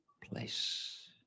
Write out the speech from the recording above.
place